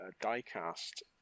die-cast